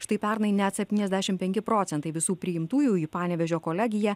štai pernai net septyniasdešim penki procentai visų priimtųjų į panevėžio kolegiją